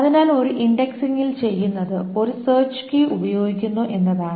അതിനാൽ ഒരു ഇൻഡെക്സിംഗിൽ ചെയ്യുന്നത് ഒരു സെർച്ച് കീ ഉപയോഗിക്കുന്നു എന്നതാണ്